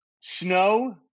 snow